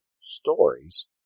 stories